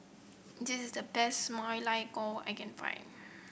this the best Ma Lai Gao I can find